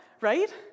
right